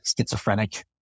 schizophrenic